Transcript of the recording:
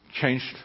Changed